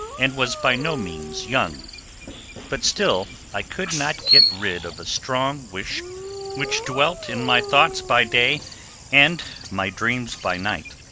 and was by no means young but still i could not get rid of a strong wish which dwelt in my thoughts by day and my dreams by night,